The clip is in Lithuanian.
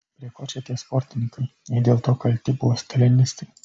prie ko čia tie sportininkai jei dėl to kalti buvo stalinistai